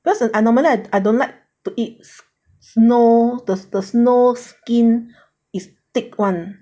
because I normally I I don't like to eat snow the the snow skin is thick [one]